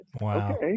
Wow